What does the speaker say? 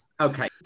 Okay